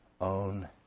own